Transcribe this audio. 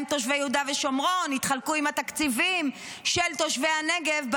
תושבי יהודה ושומרון יתחלקו עם התקציבים של תושבי הנגב,